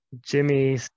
Jimmy